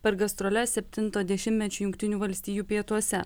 per gastroles septinto dešimtmečio jungtinių valstijų pietuose